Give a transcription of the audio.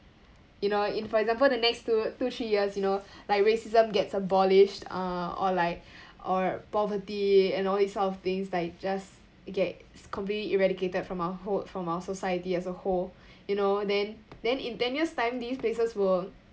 you know in for example the next two two three years you know like racism gets abolished uh or like or poverty and all this sort of things like just get completely eradicated from our who~ from our society as a whole you know then then in ten years time these places will